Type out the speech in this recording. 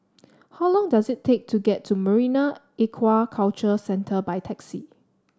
how long does it take to get to Marine Aquaculture Centre by taxi